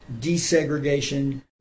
desegregation